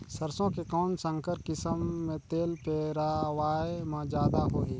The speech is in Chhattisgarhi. सरसो के कौन संकर किसम मे तेल पेरावाय म जादा होही?